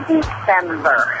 December